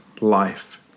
life